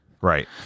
Right